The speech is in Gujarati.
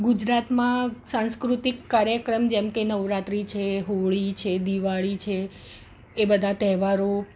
ગુજરાતમાં સાંસ્કૃતિક કાર્યક્રમ જેમકે નવરાત્રી છે હોળી છે દિવાળી છે એ બધા તહેવારો આ